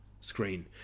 screen